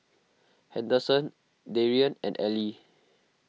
Henderson Darian and Elie